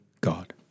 God